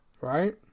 right